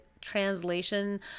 translation